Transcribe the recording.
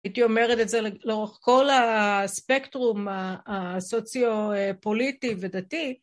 הייתי אומרת את זה לאורך כל הספקטרום הסוציו-פוליטי ודתי.